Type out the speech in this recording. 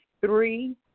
Three